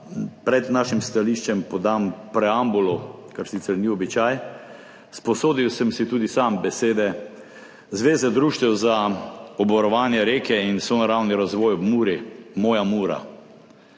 pred našim stališčem podam preambulo, kar sicer ni običaj. Sposodil sem si tudi sam besede Zveze društev za obvarovanje reke in sonaravni razvoj ob Muri Moja Mura.